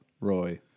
Roy